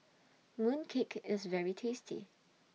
Mooncake IS very tasty